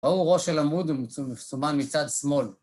ראו ראש של עמוד, הוא מסומן מצד שמאל.